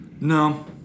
No